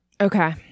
Okay